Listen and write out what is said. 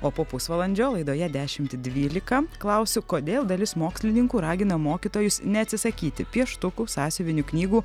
o po pusvalandžio laidoje dešimt dvylika klausiu kodėl dalis mokslininkų ragina mokytojus neatsisakyti pieštukų sąsiuvinių knygų